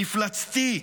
מפלצתי,